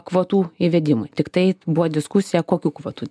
kvotų įvedimui tiktai buvo diskusija kokių kvotų